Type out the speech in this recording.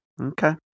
Okay